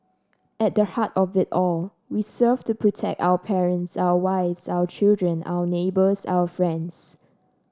at the heart of it all we serve to protect our parents our wives our children our neighbours our friends